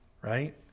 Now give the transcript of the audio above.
right